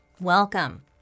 Welcome